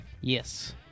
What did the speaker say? Yes